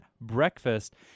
breakfast